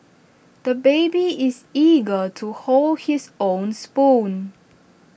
the baby is eager to hold his own spoon